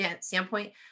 standpoint